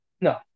No